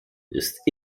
ist